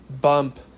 bump